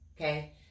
okay